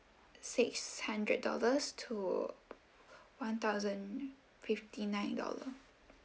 six hundred dollars to one thousand fifty nine dollar